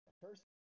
First